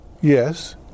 Yes